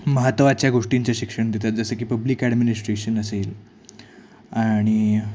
महत्वाच्या गोष्टींचे शिक्षण देतात जसं की पब्लिक ॲडमिनिस्ट्रेशन असेल आणि